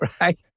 right